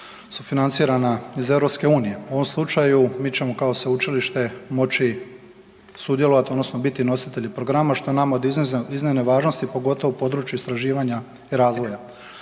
su financirana iz EU. U ovom slučaju mi ćemo kao sveučilište moći sudjelovati odnosno biti nositelji programa što je nama od iznimne važnosti, pogotovo područje istraživanja i razvoja.